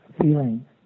feeling